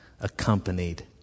accompanied